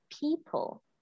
people